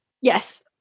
Yes